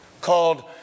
called